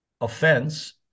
offense